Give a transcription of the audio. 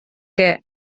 què